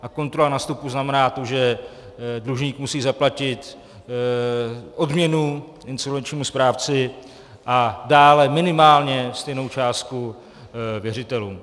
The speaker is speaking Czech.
A kontrola na vstupu znamená to, že dlužník musí zaplatit odměnu insolvenčnímu správci a dále minimálně stejnou částku věřitelům.